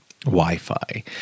Wi-Fi